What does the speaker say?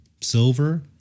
silver